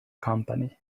company